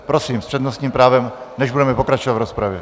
Prosím, s přednostním právem, než budeme pokračovat v rozpravě.